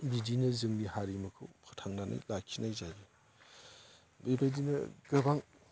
बिदिनो जोंनि हारिमुखौ फोथांनानै लाखिनाय जायो बेबायदिनो गोबां